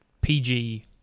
PG